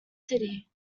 city